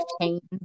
change